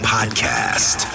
Podcast